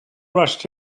rushed